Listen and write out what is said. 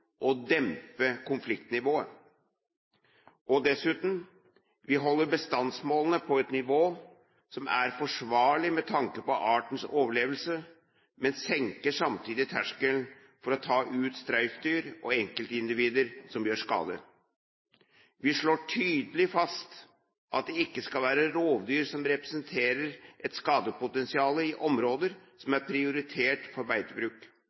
dempe konfliktnivået. Dessuten: Vi holder bestandsmålene på et nivå som er forsvarlig med tanke på artens overlevelse, men senker samtidig terskelen for å ta ut streifdyr og enkeltindivider som gjør skade. Vi slår tydelig fast at det ikke skal være rovdyr som representerer et skadepotensial, i områder som er prioritert til beitebruk.